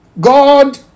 God